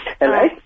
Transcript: Hello